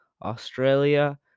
Australia